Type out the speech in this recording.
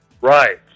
Right